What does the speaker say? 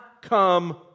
come